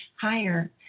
higher